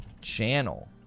channel